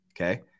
okay